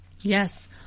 Yes